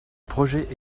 projet